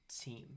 team